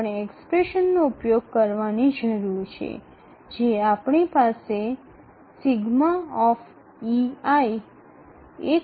আমাদের যে অভিব্যক্তি রয়েছে তা ব্যবহার করব Σ ≤1